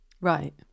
Right